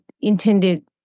intended